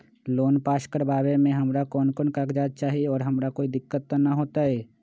Loan pass करवावे में हमरा कौन कौन कागजात चाही और हमरा कोई दिक्कत त ना होतई?